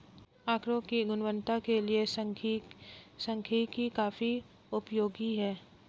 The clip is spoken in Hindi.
आकड़ों की गुणवत्ता के लिए सांख्यिकी काफी उपयोगी है